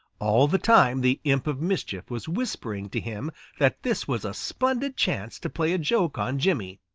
all the time the imp of mischief was whispering to him that this was a splendid chance to play a joke on jimmy.